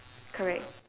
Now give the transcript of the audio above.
correct